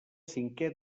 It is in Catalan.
cinquè